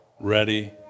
ready